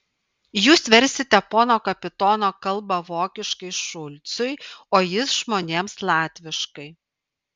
jūs versite pono kapitono kalbą vokiškai šulcui o jis žmonėms latviškai